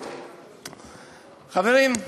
חברים,